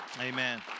Amen